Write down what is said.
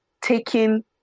taking